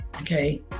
okay